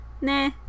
nah